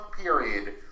period